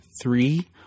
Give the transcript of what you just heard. three